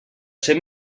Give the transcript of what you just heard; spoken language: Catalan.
ser